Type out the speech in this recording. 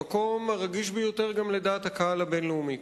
המקום הרגיש ביותר גם לדעת הקהל הבין-לאומית.